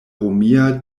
romia